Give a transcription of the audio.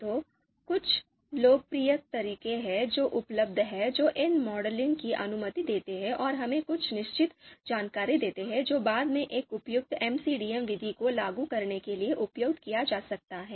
तो कुछ लोकप्रिय तरीके हैं जो उपलब्ध हैं जो इस मॉडलिंग की अनुमति देते हैं और हमें कुछ निश्चित जानकारी देते हैं जो बाद में एक उपयुक्त एमसीडी विधि को लागू करने के लिए उपयोग किया जा सकता है